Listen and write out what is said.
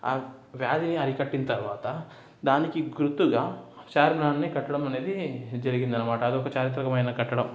ఆ వ్యాధిని అరికట్టిన తరువాత దానికి గుర్తుగా చార్మినార్ని కట్టడం అనేది జరిగిందన్నమాట అది ఒక చారిత్రాత్మకమైన కట్టడం